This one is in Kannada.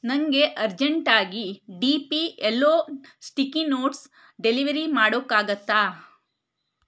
ನನಗೆ ಅರ್ಜೆಂಟಾಗಿ D P yellow sticky notes delivery ಮಾಡೋಕ್ಕಾಗತ್ತಾ